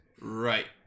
Right